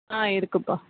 ஆ இருக்குதுப்பா